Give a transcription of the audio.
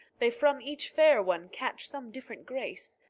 they from each fair one catch some diff'rent grace,